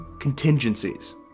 contingencies